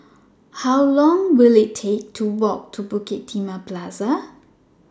How Long Will IT Take to Walk to Bukit Timah Plaza